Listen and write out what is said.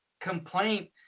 complaint